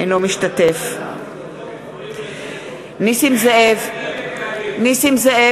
אינו משתתף בהצבעה נסים זאב,